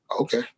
okay